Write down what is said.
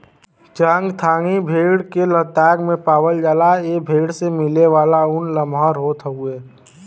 चांगथांगी भेड़ के लद्दाख में पावला जाला ए भेड़ से मिलेवाला ऊन लमहर होत हउवे